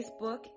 Facebook